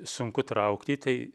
sunku traukti tai